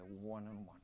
one-on-one